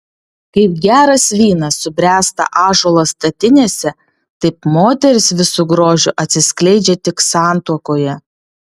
kaip geras vynas subręsta ąžuolo statinėse taip moteris visu grožiu atsiskleidžia tik santuokoje